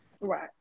Right